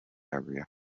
area